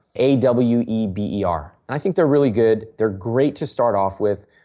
a w e b e r, and i think they are really good. they are great to start off with.